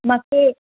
मांखे